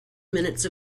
minutes